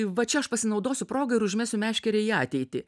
va čia aš pasinaudosiu proga ir užmesiu meškerę į ateitį